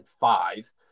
five